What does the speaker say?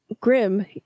Grim